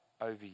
over